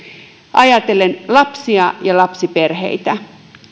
ajatellen lapsia ja lapsiperheitä